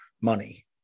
money